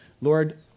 Lord